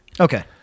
Okay